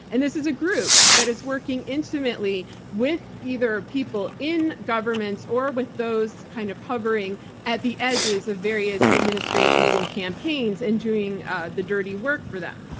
and this is a group that is working intimately with either people in governments or with those kind of hovering at the edges of various administrations and campaigns and doing the dirty work for them.